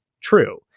true